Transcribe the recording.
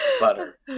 Butter